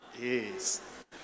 Yes